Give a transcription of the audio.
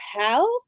house